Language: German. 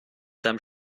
deinem